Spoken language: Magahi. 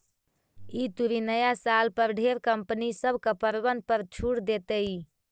ई तुरी नया साल पर ढेर कंपनी सब कपड़बन पर छूट देतई